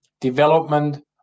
development